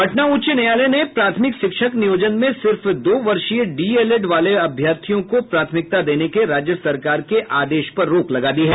पटना उच्च न्यायालय ने प्राथमिक शिक्षक नियोजन में सिर्फ दो वर्षीय डीएलएड वाले अभ्यर्थियों को प्राथमिकता देने के राज्य सरकार के आदेश पर रोक लगा दी है